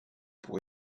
pour